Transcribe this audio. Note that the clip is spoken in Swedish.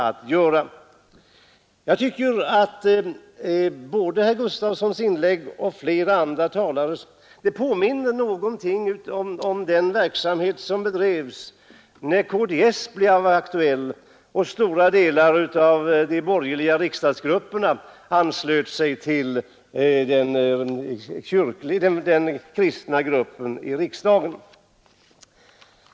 Både herr Gustavssons i Alvesta inlägg och flera andra talares påminner något om den verksamhet som bedrevs när KDS kom till och stora delar av de borgerliga riksdagsgrupperna anslöt sig till den kristna gruppen i riksdagen.